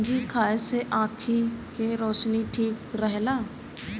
गंजी खाए से आंखी के रौशनी ठीक रहेला